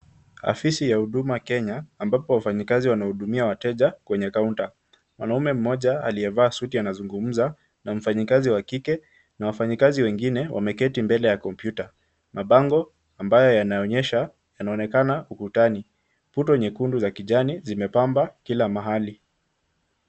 Afisi ya huduma Kenya ambapo wafanyikazi wanahudumia wateja kwenye kaunta. Mwanaume mmoja aliyevaa suti anazungumza na mfanyikazi wa kike na wafanyikazi wengine wameketi mbele ya komputa. Mabango ambayo yanaonyesha yanaonekana ukutani. Puto nyekundu za kijani zimepamba kila mahali.